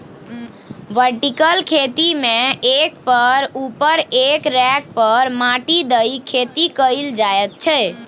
vertical खेती मे एक केर उपर एक रैक पर माटि दए खेती कएल जाइत छै